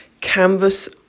canvas